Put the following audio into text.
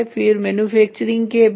फिर मैन्युफैक्चरिंग के बाद